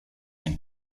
and